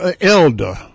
Elder